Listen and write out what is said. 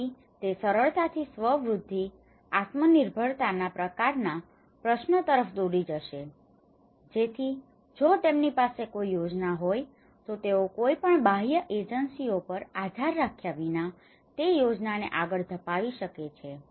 તેથી તે સરળતાથી સ્વ વૃદ્ધિ આત્મનિર્ભરતાના પ્રકારના પ્રશ્નો તરફ દોરી જશે જેથી જો તેમની પાસે કોઈ યોજના હોય તો તેઓ કોઈપણ બાહ્ય એજન્સીઓ પર આધાર રાખ્યા વિના તે યોજનાને આગળ ધપાવી શકે છે